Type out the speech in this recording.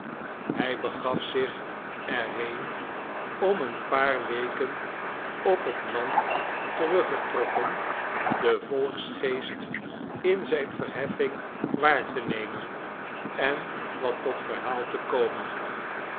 hij begaf zich er heen om een paar weken op het land teruggetrokken den volksgeest in zijn verheffing waar te nemen en wat tot verhaal te komen